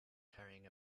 carrying